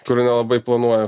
kur nelabai planuoju